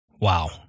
Wow